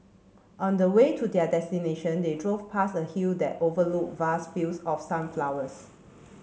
on the way to their destination they drove past a hill that overlooked vast fields of sunflowers